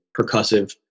percussive